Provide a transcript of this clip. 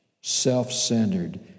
self-centered